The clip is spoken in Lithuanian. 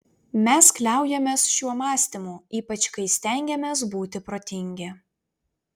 mes kliaujamės šiuo mąstymu ypač kai stengiamės būti protingi